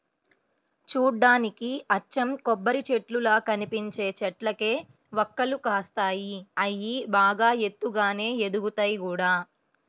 చూడ్డానికి అచ్చం కొబ్బరిచెట్టుల్లా కనిపించే చెట్లకే వక్కలు కాస్తాయి, అయ్యి బాగా ఎత్తుగానే ఎదుగుతయ్ గూడా